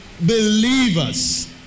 believers